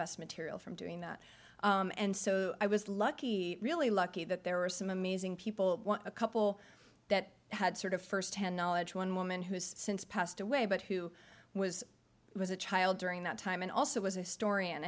best material from doing that and so i was lucky really lucky that there were some amazing people a couple that had sort of first hand knowledge one woman who's since passed away but who was was a child during that time and also was a historian